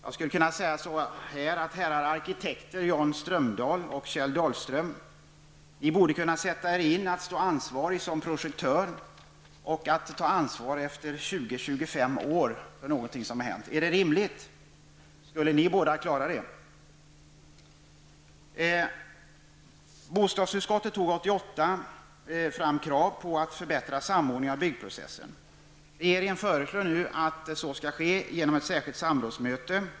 Jag skulle vilja säga till herrarna arkitekter Jan Strömdahl och Kjell Dahlström: Skulle ni kunna stå ansvariga som projektörer efter 20--25 år för någonting som har hänt? Är det rimligt? Skulle ni båda klara det? Bostadsutskottet reste 1988 krav på förbättrad samordning i byggprocessen. Regeringen föreslår att det nu skall ske genom ett särskilt samrådsmöte.